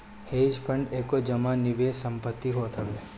hedge fund एगो जमा निवेश संपत्ति होत हवे